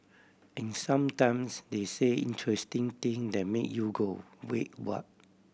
and sometimes they say interesting thing that make you go wait what